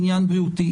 עניין בריאותי,